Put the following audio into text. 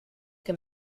que